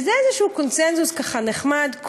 וזה איזה קונסנזוס ככה נחמד,